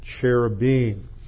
cherubim